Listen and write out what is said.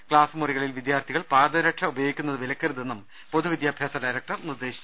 ക്സാസുകളിൽ വിദ്യാർത്ഥികൾ പാദരക്ഷ ഉപയോഗിക്കുന്നത് വിലക്കരുതെന്നും പൊതുവിദ്യാഭ്യാസ ഡയറക്ടർ നിർദ്ദേ ശിച്ചു